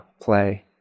play